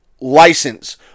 license